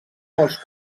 molts